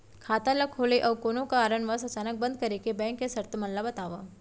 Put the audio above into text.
खाता ला खोले अऊ कोनो कारनवश अचानक बंद करे के, बैंक के शर्त मन ला बतावव